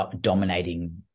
dominating